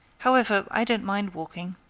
however, i don't mind walking.